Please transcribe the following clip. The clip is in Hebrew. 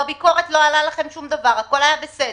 בביקורת לא עלה לכם שום דבר, הכול היה בסדר.